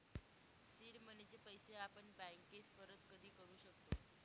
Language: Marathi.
सीड मनीचे पैसे आपण बँकेस परत कधी करू शकतो